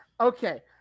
okay